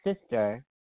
sister